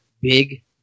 big